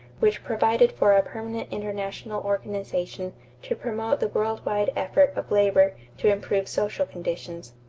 which provided for a permanent international organization to promote the world-wide effort of labor to improve social conditions.